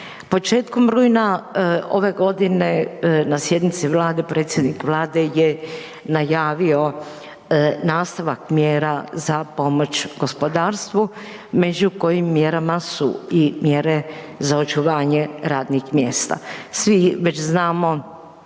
Početkom rujna ove godine na sjednici Vlade, predsjednik Vlade je najavio nastavak mjera za pomoć gospodarstvu među kojim mjerama su i mjere za očuvanje radnih mjesta. Svi već znamo